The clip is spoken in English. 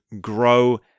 grow